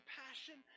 passion